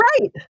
right